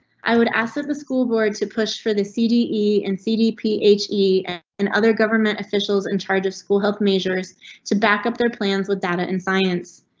i would ask that the school board to push for the cde and cdphea and other government officials in charge of school health measures to back up their plans with data in science.